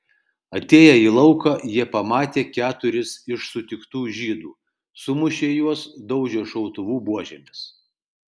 atėję į lauką jie pamatė keturis iš sutiktų žydų sumušė juos daužė šautuvų buožėmis